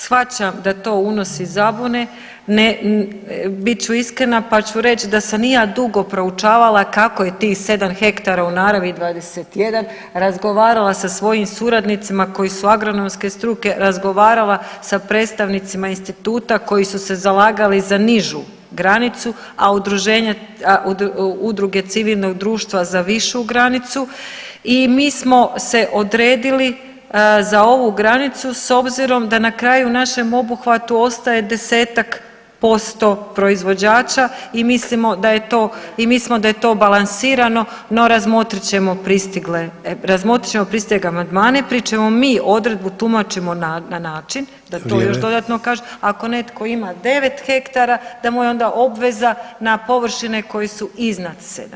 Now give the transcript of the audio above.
Shvaćam da to unosi zabune, bit ću iskrena pa ću reći da sam i ja dugo proučavala kako je tih 7 hektara u naravi 21, razgovarala sa svojim suradnicima koji su agronomske struke, razgovarala sa predstavnicima instituta koji su se zalagali za nižu granicu, a udruge civilnog društva za višu granicu i mi smo se odredili za ovu granicu s obzirom da na kraju u našem obuhvatu ostaje 10-tak posto proizvođača i mislimo da je to i mislimo da je to balansirano, no razmotrit ćemo pristigle, razmotrit ćemo pristigle amandmane pri čemu mi odredbu tumačimo na način [[Upadica: Vrijeme.]] da to još dodatno kažem, ako netko ima 9 hektara da mu je onda obveza na površine koje su iznad 7